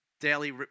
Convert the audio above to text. daily